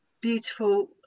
beautiful